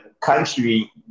country